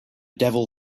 devil